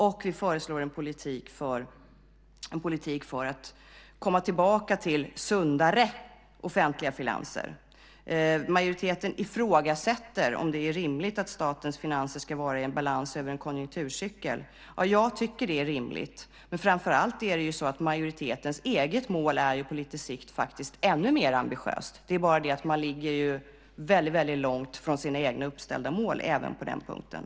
Och vi föreslår en politik för att komma tillbaka till sundare offentliga finanser. Majoriteten ifrågasätter om det är rimligt att statens finanser ska vara i balans över en konjunkturcykel. Ja, jag tycker att det är rimligt. Men framför allt är det så att majoritetens eget mål på lite sikt faktiskt är ännu mer ambitiöst. Det är bara det att man ligger väldigt långt ifrån sina egna uppställda mål även på den punkten.